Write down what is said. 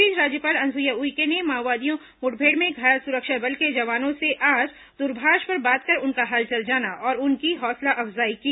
इस बीच राज्यपाल अनुसुईया उइके ने माओवादी मुठभेड़ में घायल सुरक्षा बल के जवानों से आज द्रभाष पर बात कर उनका हालचाल जाना और उनकी हौसला अफजाई की